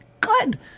Good